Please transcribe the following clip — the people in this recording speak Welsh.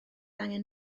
angen